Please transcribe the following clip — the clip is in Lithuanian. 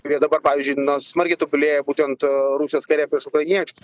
kurie dabar pavyzdžiui smarkiai tobulėja būtent rusijos kare prieš ukrainiečius